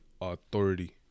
authority